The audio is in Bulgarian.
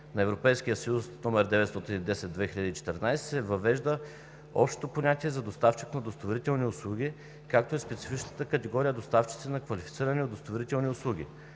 Регламент (ЕС) № 910/2014 се въвежда общото понятие за доставчик на удостоверителни услуги, както и специфичната категория доставчици на квалифицирани удостоверителни услуги.